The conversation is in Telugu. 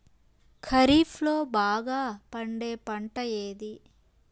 ఖరీఫ్ లో బాగా పండే పంట ఏది?